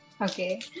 Okay